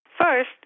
First